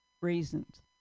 raisins